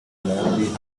left